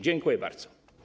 Dziękuję bardzo.